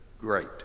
great